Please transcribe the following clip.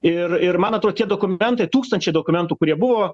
ir ir man atrodo tie dokumentai tūkstančiai dokumentų kurie buvo